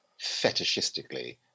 fetishistically